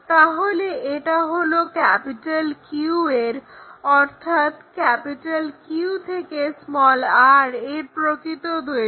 তাহলে এটা হলো Q এর অর্থাৎ Q থেকে r এর প্রকৃত দৈর্ঘ্য